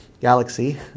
Galaxy